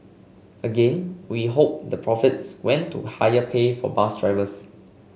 again we hope the profits went to higher pay for bus drivers